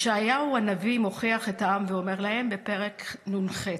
ישעיהו הנביא מוכיח את העם ואומר להם, בפרק נ"ח: